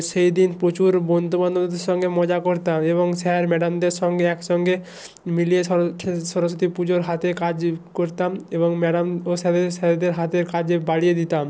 সেই দিন প্রচুর বন্ধু বান্ধবদের সঙ্গে মজা করতাম এবং স্যার ম্যাডামদের সঙ্গে একসঙ্গে মিলিয়ে সরস্বতী পুজোর হাতে কাজ করতাম এবং ম্যাডাম ও স্যারেদের স্যারেদের হাতে কাজে বাড়িয়ে দিতাম